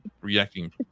reacting